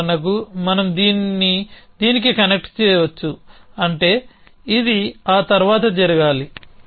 ఉదాహరణకు మనం దీన్ని దీనికి కనెక్ట్ చేయవచ్చు అంటే ఇది ఆ తర్వాత జరగాలి